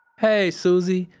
hey, susie!